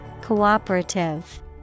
Cooperative